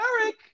Eric